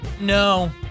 No